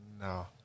No